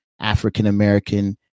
african-american